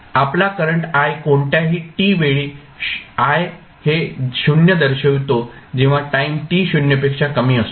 आपला current i कोणत्याही t वेळी i हे 0 दर्शवितो जेव्हा टाईम t 0 पेक्षा कमी असतो